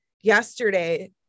yesterday